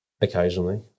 Occasionally